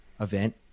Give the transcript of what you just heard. event